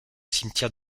cimetière